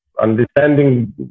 Understanding